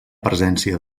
presència